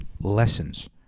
lessons